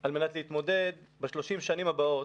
על מנת להתמודד ב-30 השנים הבאות,